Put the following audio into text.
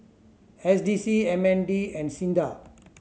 S D C M N D and SINDA